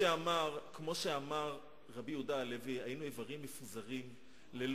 שחבר הכנסת בן-ארי מקפיד עליה.